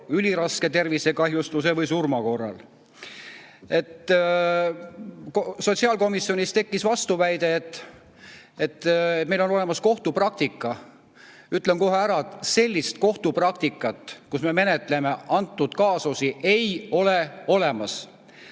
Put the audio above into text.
üliraske tervisekahjustuse või surma korral. Sotsiaalkomisjonis tekkis vastuväide, et meil on olemas kohtupraktika. Ütlen kohe ära, et sellist kohtupraktikat, kus menetletaks seesuguseid kaasusi, ei ole olemas.